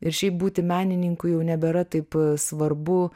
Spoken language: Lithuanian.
ir šiaip būti menininku jau nebėra taip svarbu